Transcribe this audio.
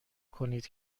کنید